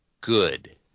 good